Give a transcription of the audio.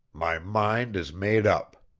my mind is made up.